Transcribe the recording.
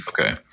Okay